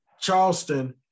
Charleston